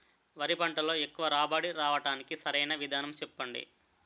వరి పంటలో ఎక్కువ రాబడి రావటానికి సరైన విధానం చెప్పండి?